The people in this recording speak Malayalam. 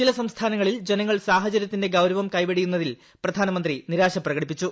ചില സംസ്ഥാനങ്ങളിൽ ജനങ്ങൾ സാഹചര്യത്തിന്റെ ഗൌരവം കൈവെടിയുന്നതിൽ പ്രധാനമന്ത്രി നിരാശ പ്രകടിപ്പിച്ചു